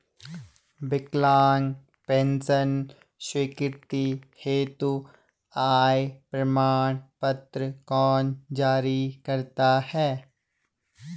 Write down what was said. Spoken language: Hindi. विकलांग पेंशन स्वीकृति हेतु आय प्रमाण पत्र कौन जारी करता है?